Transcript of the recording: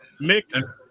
Mick